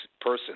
person